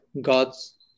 God's